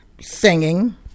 singing